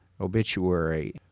obituary